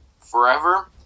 forever